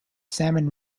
salmon